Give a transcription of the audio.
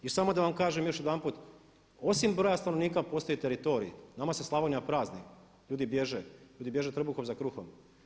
I samo da vam kažem još jedanput osim broja stanovnika postoji i teritorij, nama se Slavonija prazni, ljudi bježe trbuhom za kruhom.